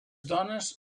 dones